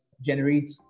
generate